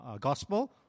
Gospel